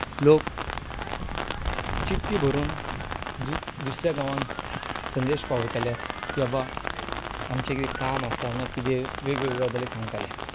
लोक चिटी बरोवन दुसऱ्या गांवांक संदेश पावयताले किंवा आमचें कितें काम आसा ना कितें वेगळ्योवेगळ्यो गजाल्यो सांगताले